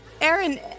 Aaron